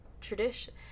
tradition